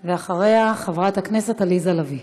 ואחריה, חברת הכנסת עליזה לביא.